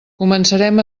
començarem